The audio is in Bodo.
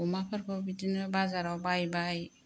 अमाफोरखौ बिदिनो बाजाराव बायबाय